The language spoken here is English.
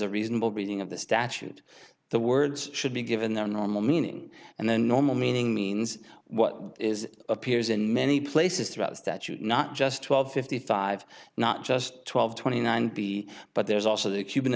a reasonable reading of the statute the words should be given their normal meaning and the normal meaning means what is appears in many places throughout statute not just twelve fifty five not just twelve twenty nine b but there's also the cuban